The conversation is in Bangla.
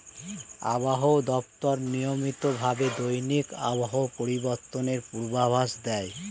আবহাওয়া দপ্তর নিয়মিত ভাবে দৈনিক আবহাওয়া পরিবর্তনের পূর্বাভাস দেয়